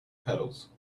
petals